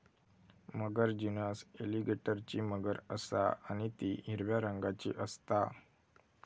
मगर genus एलीगेटरची मगर असा आणि ती हिरव्या रंगाची असता